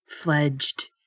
Fledged